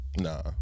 Nah